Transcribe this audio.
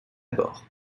bord